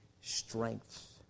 strength